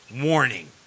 warning